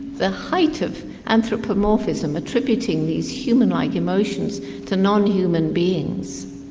the height of anthropomorphism, attributing these human-like emotions to non-human beings.